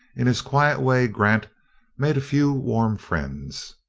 in his quiet way grant made a few warm friends.